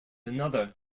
another